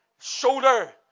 shoulder